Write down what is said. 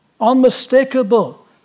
unmistakable